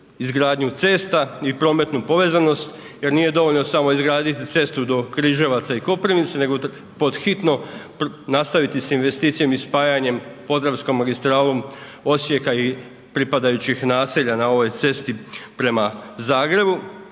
izgradnju cesta i prometnu povezanost jer nije dovoljno samo izgraditi cestu do Križevaca i Koprivnice, nego pod hitno nastaviti s investicijama i spajanjem podravskom magistralom Osijeka i pripadajućih naselja na ovoj cesti prema Zagrebu,